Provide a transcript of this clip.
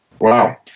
Wow